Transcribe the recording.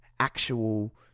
actual